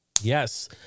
Yes